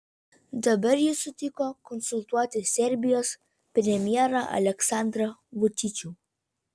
dabar jis sutiko konsultuoti serbijos premjerą aleksandrą vučičių